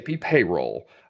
payroll